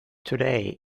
today